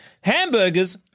Hamburgers